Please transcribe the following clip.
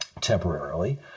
temporarily